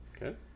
Okay